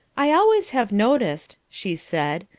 i always have noticed, she said,